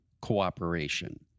Cooperation